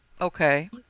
Okay